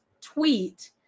tweet